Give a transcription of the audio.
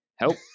Help